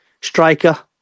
striker